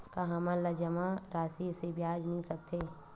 का हमन ला जमा राशि से ब्याज मिल सकथे?